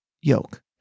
yoke